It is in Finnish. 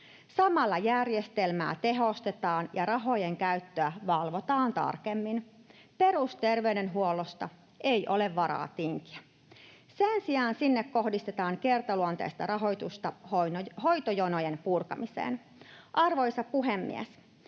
Samalla järjestelmää tehostetaan ja rahojen käyttöä valvotaan tarkemmin. Perusterveydenhuollosta ei ole varaa tinkiä. Sen sijaan sinne kohdistetaan kertaluonteista rahoitusta hoitojonojen purkamiseen. Arvoisa puhemies!